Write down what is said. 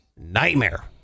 nightmare